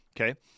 okay